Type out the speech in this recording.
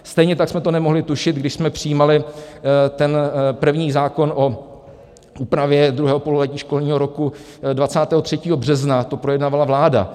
Stejně tak jsme to nemohli tušit, když jsme přijímali ten první zákon o úpravě druhého pololetí školního roku, 23. března to projednávala vláda.